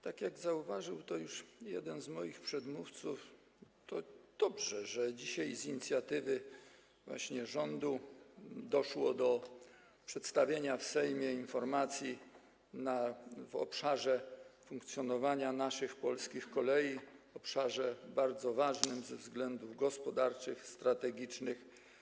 Tak jak już zauważył jeden z moich przedmówców, to dobrze, że dzisiaj z inicjatywy rządu doszło do przedstawienia w Sejmie informacji na temat funkcjonowania naszych polskich kolei, obszaru bardzo ważnego ze względów gospodarczych, strategicznych.